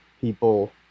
people